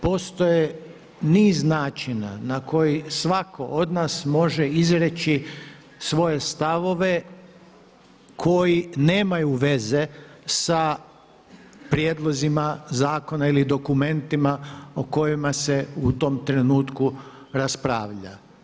Postoji niz načina na koje svatko od nas može izreći svoje stavove koji nemaju veze sa prijedlozima zakona ili dokumentima o kojima se u tom trenutku raspravlja.